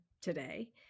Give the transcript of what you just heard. today